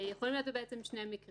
מעניין אותי לדעת מה אתם חושבים.